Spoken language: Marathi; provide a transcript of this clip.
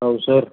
होय सर